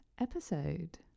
episode